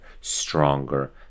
stronger